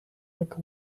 like